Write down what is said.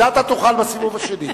את זה אתה תוכל לעשות בסיבוב השני.